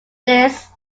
this